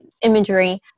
imagery